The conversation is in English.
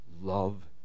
love